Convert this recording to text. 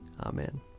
Amen